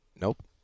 Nope